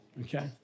Okay